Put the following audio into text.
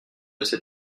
assez